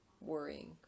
worrying